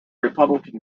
republican